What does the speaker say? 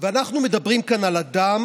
אנחנו מדברים כאן על אדם